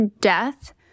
death